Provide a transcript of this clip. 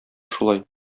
шулай